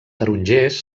tarongers